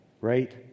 right